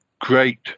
Great